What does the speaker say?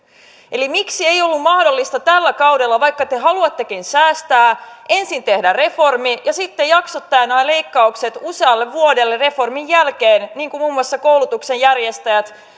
eli miksi ei ollut mahdollista tällä kaudella vaikka te haluattekin säästää ensin tehdä reformi ja sitten jaksottaa nämä leikkaukset usealle vuodelle reformin jälkeen niin kuin muun muassa koulutuksen järjestäjät